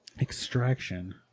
extraction